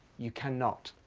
you cannot.